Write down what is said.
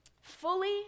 fully